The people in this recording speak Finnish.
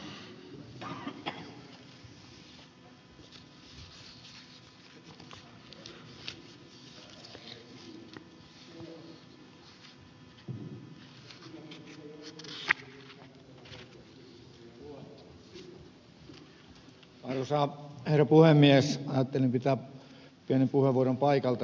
ajattelin käyttää pienen puheenvuoron paikaltani mutta ed